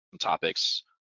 topics